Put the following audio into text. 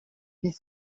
fit